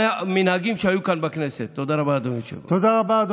תודה רבה.